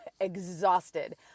exhausted